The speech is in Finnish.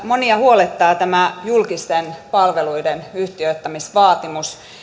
monia huolettaa tämä julkisten palveluiden yhtiöittämisvaatimus